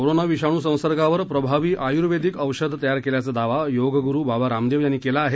corona विषाणू संसर्गावर प्रभावी आयुर्वेदिक औषध तयार केल्याचा दावा योगगुरू बाबा रामदेव यांनी केला आहे